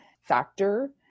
factor